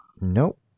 Nope